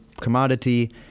commodity